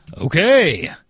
Okay